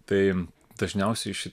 tai dažniausiai ši